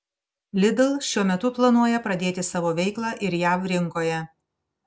lidl šiuo metu planuoja pradėti savo veiklą ir jav rinkoje